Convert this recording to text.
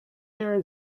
there